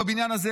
בבניין הזה,